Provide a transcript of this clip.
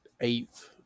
eighth